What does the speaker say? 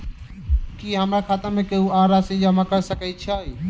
की हमरा खाता मे केहू आ राशि जमा कऽ सकय छई?